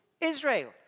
Israel